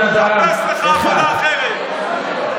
למען אינטרסים של בן אדם אחד,